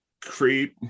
create